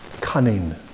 cunning